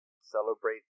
celebrate